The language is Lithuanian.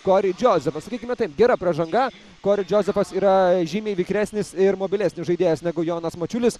korį džozefą sakykime taip gera pražanga kori džozefas yra žymiai vikresnis ir mobilesnis žaidėjas negu jonas mačiulis